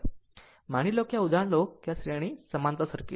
માની લો કે આ ઉદાહરણ લો જે એક શ્રેણી સમાંતર સર્કિટ છે